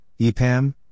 EPAM